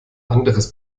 anderes